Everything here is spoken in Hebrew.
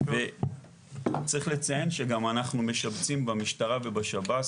צריך לציין גם שאנחנו משבצים במשטרה ובשב"ס